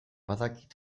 badakit